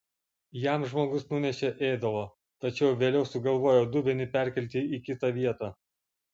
jam žmogus nunešė ėdalo tačiau vėliau sugalvojo dubenį perkelti į kitą vietą